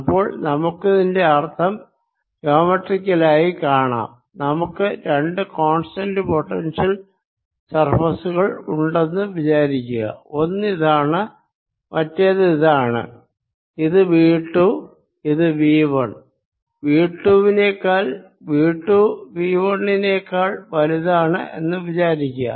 അപ്പോൾ നമുക്കിതിന്റെ അർഥം ജോമെട്രിക്കലായി കാണാം നമുക്ക് രണ്ടു കോൺസ്റ്റന്റ് പൊട്ടൻഷ്യൽ സർഫേസുകൾ ഉണ്ടെന്നു വിചാരിക്കുക ഒന്ന് ഇതാണ് മറ്റേത് ഇതാണ് ഇത് V 2 ഇത് V 1 V 2 V 1 നേക്കാൾ വലുതാണ് എന്ന് വിചാരിക്കുക